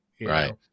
Right